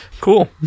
cool